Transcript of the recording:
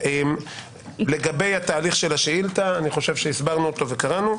לגבי התהליך של השאילתה, הסברנו אותו וקראנו.